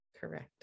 correct